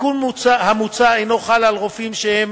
התיקון המוצע אינו חל על רופאים שהם